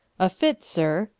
a fit, sir.